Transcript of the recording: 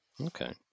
Okay